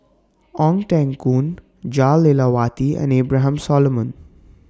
Ong Teng Koon Jah Lelawati and Abraham Solomon